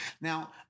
Now